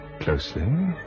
Closely